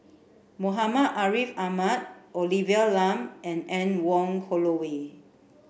Muhammad Ariff Ahmad Olivia Lum and Anne Wong Holloway